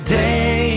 day